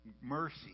mercy